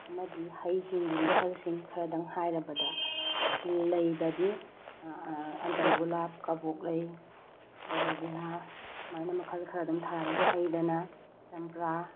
ꯑꯃꯗꯤ ꯍꯩꯁꯤꯡꯒꯤ ꯃꯈꯜꯁꯤꯡ ꯈꯔꯗꯪ ꯍꯥꯏꯔꯕꯗ ꯂꯩꯗꯗꯤ ꯑꯟꯇꯔ ꯒꯨꯂꯥꯞ ꯀꯕꯣꯛ ꯂꯩ ꯑꯦꯔꯣꯕꯦꯔꯥ ꯁꯨꯃꯥꯏꯅ ꯃꯈꯜ ꯈꯔ ꯑꯗꯨꯝ ꯊꯥꯔꯦ ꯍꯩꯗꯅ ꯆꯝꯄ꯭ꯔꯥ